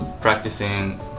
practicing